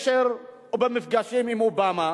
במפגשים עם אובמה.